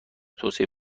توسعه